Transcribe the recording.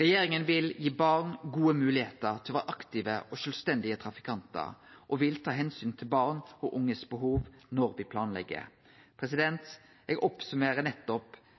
Regjeringa vil gi barn gode moglegheiter til å vere aktive og sjølvstendige trafikantar, og me vil ta omsyn til behova barn og unge har, når me planlegg. Eg summerer opp med nettopp